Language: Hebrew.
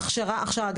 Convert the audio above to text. הכשרה, הכשרה, הכשרה.